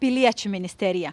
piliečių ministerija